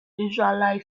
israeli